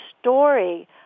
story